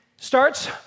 Starts